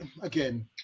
Again